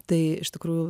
tai iš tikrųjų